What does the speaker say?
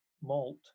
malt